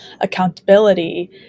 accountability